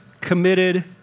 committed